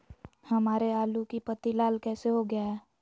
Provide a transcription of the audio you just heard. हमारे आलू की पत्ती लाल कैसे हो गया है?